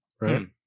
right